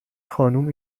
خانم